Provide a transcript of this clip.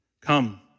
Come